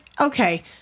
okay